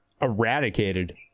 eradicated